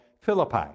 Philippi